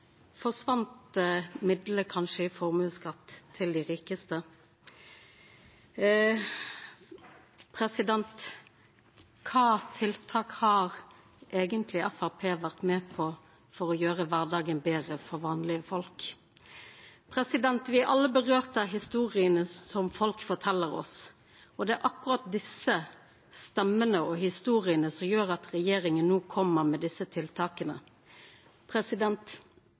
kanskje i formuesskatt til dei rikaste? Kva tiltak har eigentleg Framstegspartiet vore med på for å gjera kvardagen betre for vanlege folk? Me er alle opprørte over historiene folk fortel oss, og det er akkurat desse stemmene og historiene som gjer at regjeringa no kjem med desse tiltaka.